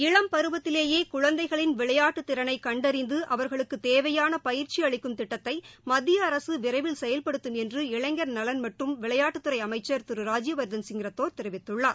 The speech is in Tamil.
இளம்பருவத்திலேயே குழந்தைகளின் விளையாட்டு திறனை கண்டறிந்து அவர்களுக்கு தேவையான பயிற்சி அளிக்கும் திட்டத்தை மத்திய அரசு விரைவில் செயல்படுத்தும் என்று இளைஞர் நலன் மற்றும் விளையாட்டுத்துறை அமைச்ச் திரு ராஜ்யவர்தன் சிங் ரத்தோர் தெரிவித்துள்ளார்